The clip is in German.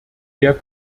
der